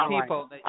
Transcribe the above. people